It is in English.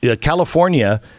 California